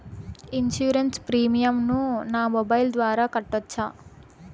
Insurance premium ను నా mobile ద్వారా కట్టొచ్చా?